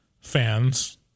fans